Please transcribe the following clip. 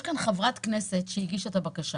יש כאן חברת כנסת שהגישה את הבקשה.